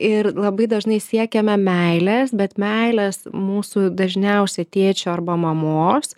ir labai dažnai siekiame meilės bet meilės mūsų dažniausiai tėčio arba mamos